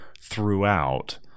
throughout